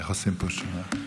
איך עושים פה שעה?